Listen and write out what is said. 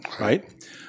right